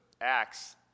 Acts